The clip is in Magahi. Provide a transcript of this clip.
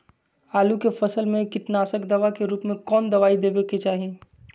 आलू के फसल में कीटनाशक दवा के रूप में कौन दवाई देवे के चाहि?